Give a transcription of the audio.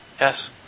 Yes